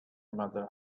mother